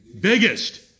biggest